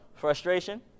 Frustration